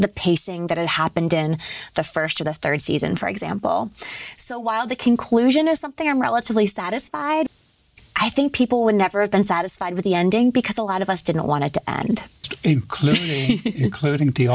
the pacing that it happened in the st of the rd season for example so while the conclusion is something i'm relatively satisfied i think people would never have been satisfied with the ending because a lot of us didn't want to and including including the